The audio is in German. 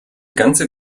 ganze